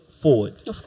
forward